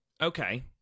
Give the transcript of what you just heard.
Okay